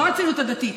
לא הציונות הדתית.